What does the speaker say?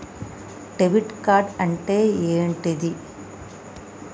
Debit card అంటే ఏంటిది?